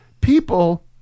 people